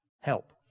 help